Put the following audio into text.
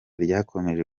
ryakomeje